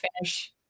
finish